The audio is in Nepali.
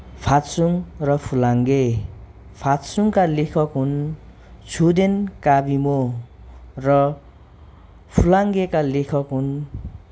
फात्सुङ र फुलाङ्गे फात्सुङका लेखक हुन् छुदेन काबिमो र फुलाङ्गेका लेखक हुन्